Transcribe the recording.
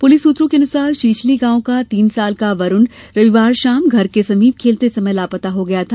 police सूत्रों के अनुसार चीचली गांव का तीन साल का वरुण रविवार शाम घर के समीप खेलते समय लापता हो गया था